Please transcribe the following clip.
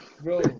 Bro